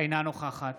אינה נוכחת